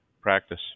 practice